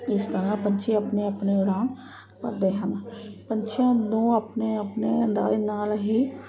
ਇਸ ਤਰ੍ਹਾਂ ਪੰਛੀ ਆਪਣੀ ਆਪਣੀ ਉਡਾਣ ਭਰਦੇ ਹਨ ਪੰਛੀਆਂ ਨੂੰ ਆਪਣੇ ਆਪਣੇ ਅੰਦਾਜ ਨਾਲ ਹੀ